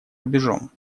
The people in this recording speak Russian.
рубежом